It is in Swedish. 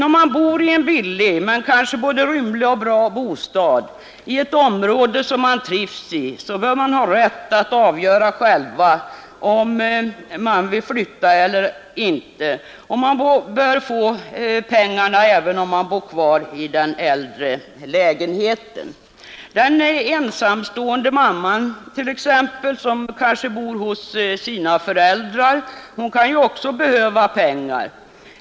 Om man bor i en billig men kanske både rymlig och bra bostad i ett område som man trivs i, bör man emellertid ha rätt att avgöra själv om man vill flytta eller inte och man bör få pengarna även om man bor kvar i den äldre lägenheten. Den ensamstående mamman t.ex., som kanske bor hos sina föräldrar, kan ju också behöva pengar.